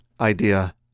idea